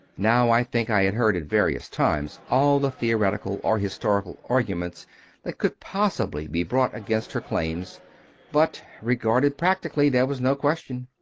now, i think i had heard at various times all the theoretical or historical arguments that could possibly be brought against her claims but, re garded practically, there was no question.